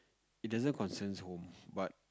it doesn't concerns home but